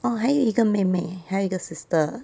orh 还有一个妹妹还有一个 sister